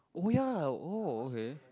oh ya oh okay